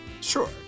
Sure